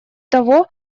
того